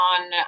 on